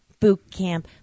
Bootcamp